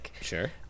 Sure